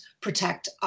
protect